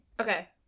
Okay